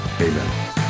Amen